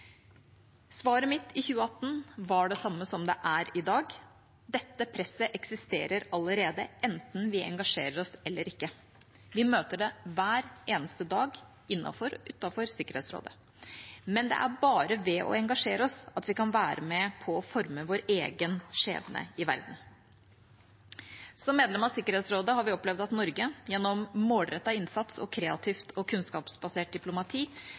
Svaret mitt i 2018 var det samme som det er i dag: Dette presset eksisterer allerede, enten vi engasjerer oss eller ikke. Vi møter det hver eneste dag, både innenfor og utenfor Sikkerhetsrådet, men det er bare ved å engasjere oss at vi kan være med på å forme vår egen skjebne i verden. Som medlem av Sikkerhetsrådet har vi opplevd at Norge, gjennom målrettet innsats og kreativt og kunnskapsbasert diplomati